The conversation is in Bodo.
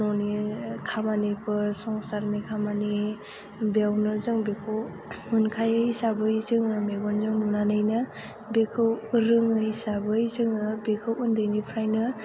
न'नि खामानिफोर संसारनि खामानि बेयावनो जों बेखौ मोनखायो हिसाबै जोङो मेगनजों नुनानैनो बेखौ रोङो हिसाबै जोङो बेखौ उन्दैनिफ्रायनो